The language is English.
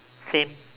same